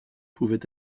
pouvaient